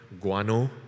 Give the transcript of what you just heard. guano